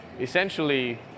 Essentially